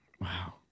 Wow